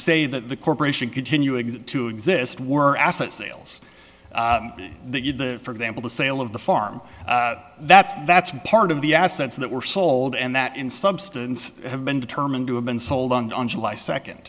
say that the corporation continuing to exist were asset sales for example the sale of the farm that's that's part of the assets that were sold and that in substance have been determined to have been sold on july second